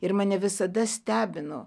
ir mane visada stebino